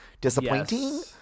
disappointing